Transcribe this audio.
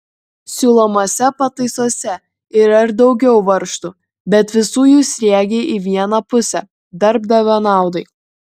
siūlomose pataisose yra ir daugiau varžtų bet visų jų sriegiai į vieną pusę darbdavio naudai